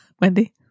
Wendy